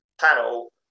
panel